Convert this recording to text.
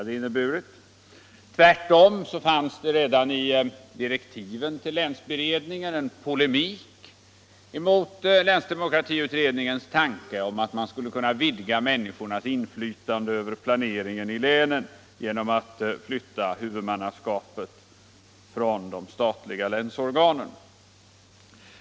Det fanns tvärtom redan i direktiven till länsberedningen en polemik mot länsdemokratiutredningens tanke att man skulle kunna vidga människors inflytande över planeringen i länen genom att flytta huvudmannaskapet från de statliga länsorganen.